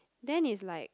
then is like